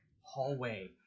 hallway